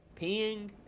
Peeing